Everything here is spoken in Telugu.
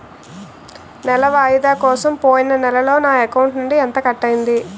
నెల వాయిదా కోసం పోయిన నెలలో నా అకౌంట్ నుండి ఎంత కట్ అయ్యింది?